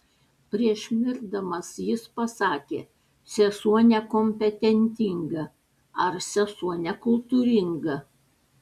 prieš mirdamas jis pasakė sesuo nekompetentinga ar sesuo nekultūringa